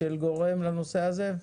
של גורם לנושא הזה,